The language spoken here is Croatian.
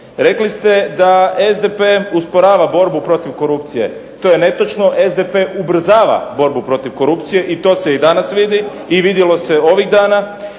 Rekli ste da SDP usporava borbu protiv korupcije. To je netočno. SDP ubrzava borbu protiv korupcije, i to se i danas vidi, i vidjelo se ovih dana.